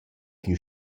gnü